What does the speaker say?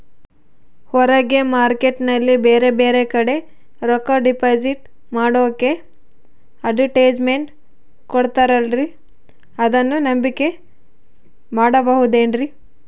ಹೊರಗೆ ಮಾರ್ಕೇಟ್ ನಲ್ಲಿ ಬೇರೆ ಬೇರೆ ಕಡೆ ರೊಕ್ಕ ಡಿಪಾಸಿಟ್ ಮಾಡೋಕೆ ಅಡುಟ್ಯಸ್ ಮೆಂಟ್ ಕೊಡುತ್ತಾರಲ್ರೇ ಅದನ್ನು ನಂಬಿಕೆ ಮಾಡಬಹುದೇನ್ರಿ?